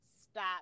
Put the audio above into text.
stop